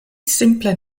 simple